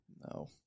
No